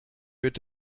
wird